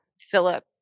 Philip